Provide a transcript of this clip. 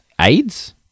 AIDS